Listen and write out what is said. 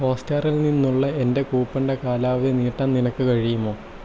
ഹോട്ട്സ്റ്റാറിൽ നിന്നുള്ള എൻ്റെ കൂപ്പണിന്റെ കാലാവധി നീട്ടാൻ നിനക്ക് കഴിയുമോ